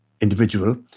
individual